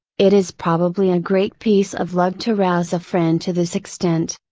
it is probably a great piece of luck to rouse a friend to this extent.